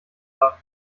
lag